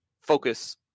focus